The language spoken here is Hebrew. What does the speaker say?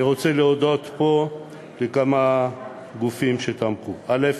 אני רוצה להודות פה לכמה גופים שתמכו: א.